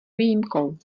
výjimkou